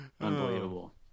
Unbelievable